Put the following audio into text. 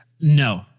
No